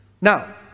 Now